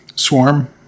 Swarm